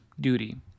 Duty